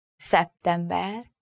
September